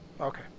okay